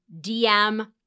DM